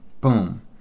boom